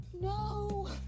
No